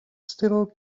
still